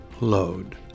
load